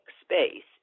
space